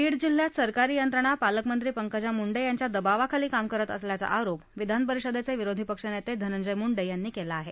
बीड जिल्ह्यात सरकारी यंत्रणा पालकमंत्री पंकजा मुंडे यांच्या दबावाखाली काम करत असल्याचा आरोप विधान परिषदेतले विरोधी पक्षनेते धनंजय मुंडे यांनी केला आहे